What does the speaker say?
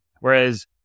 Whereas